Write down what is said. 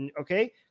okay